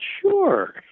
sure